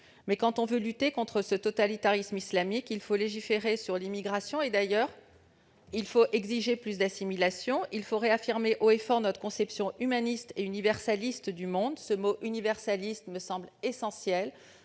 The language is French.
Mais, quand on veut lutter contre le totalitarisme islamique, il faut légiférer sur l'immigration, exiger plus d'assimilation et réaffirmer haut et fort notre conception humaniste et universaliste du monde. Le mot « universalisme » me semble essentiel.